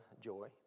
joy